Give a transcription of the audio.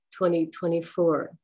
2024